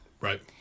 Right